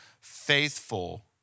Faithful